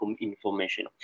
information